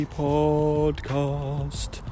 podcast